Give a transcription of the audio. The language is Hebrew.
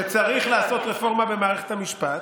שצריך לעשות רפורמה במערכת המשפט.